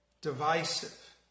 divisive